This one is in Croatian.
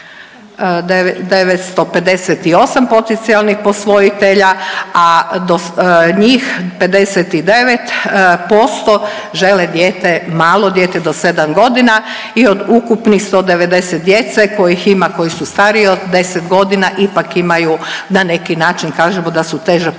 958 potencijalnih posvojitelja, a njih 59% žele dijete, malo dijete do 7 godina i od ukupno 190 djece koji ima su stariji od 10 godina ipak imaju na neki način kažemo da su teže posvojivi.